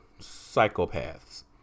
psychopaths